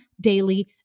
daily